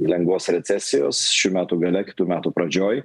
lengvos recesijos šių metų gale kitų metų pradžioj